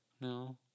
no